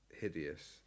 hideous